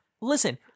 listen